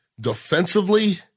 Defensively